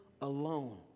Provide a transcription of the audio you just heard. alone